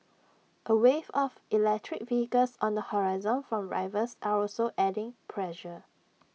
A wave of electric vehicles on the horizon from rivals are also adding pressure